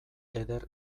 eder